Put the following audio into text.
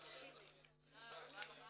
הישיבה ננעלה